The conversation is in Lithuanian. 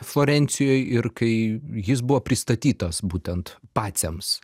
florencijoj ir kai jis buvo pristatytas būtent paciams